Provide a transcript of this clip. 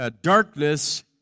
Darkness